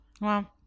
wow